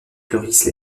fleurissent